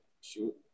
shoot